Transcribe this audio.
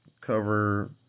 cover